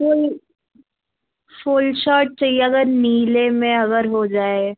full full shirt चाहिये अगर नीले में अगर हो जाए